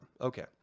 Okay